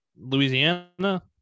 louisiana